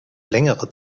längere